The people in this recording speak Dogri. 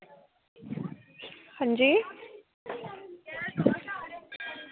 अंजी